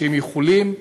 שהם יכולים.